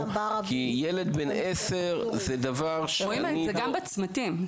כי ילד בן 10 זה דבר שאני --- רואים את זה גם בצמתים.